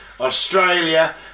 Australia